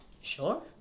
Sure